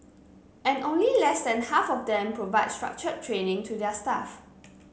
and only less than half of them provide structured training to their staff